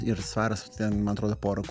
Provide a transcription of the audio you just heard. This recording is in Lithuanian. ir svaras ten man atrodo pora